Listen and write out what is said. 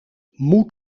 moet